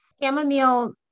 Chamomile